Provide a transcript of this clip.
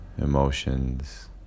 emotions